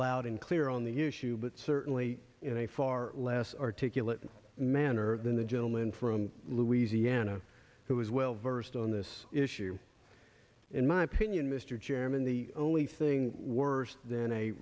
loud and clear on the issue but certainly in a far less articulate manner than the gentleman from louisiana who is well versed on this issue in my opinion mr chairman the only thing worse than a